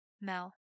Mel